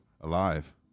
alive